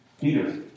Peter